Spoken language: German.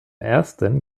ersten